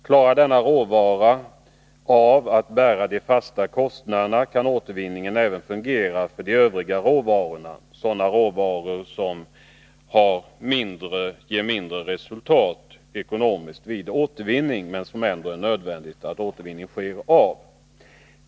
Klarar denna råvara av att bära de fasta kostnaderna, kan återvinningen fungera även för de övriga råvarorna, sådana som ger mindre ekonomiskt resultat vid återvinning men som det ändå är nödvändigt att övervinna.